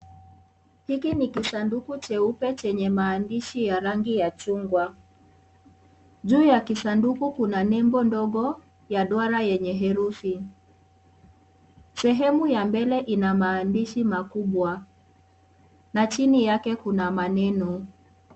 Hiki ni kisanduku jeupe Chenye maandishi ya rangi ya chungwa ,juu ya kisanduku kuna nembo ndogo ya duara yenye herufi . Sehemu ya mbele ina maandishi makubwa na chini yake kuna maneno.